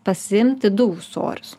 pasiimti du ūsorius